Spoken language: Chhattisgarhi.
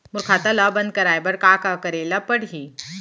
मोर खाता ल बन्द कराये बर का का करे ल पड़ही?